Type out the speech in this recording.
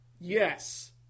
Yes